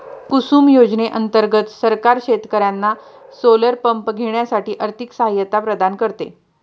कुसुम योजने अंतर्गत सरकार शेतकर्यांना सोलर पंप घेण्यासाठी आर्थिक सहायता प्रदान करते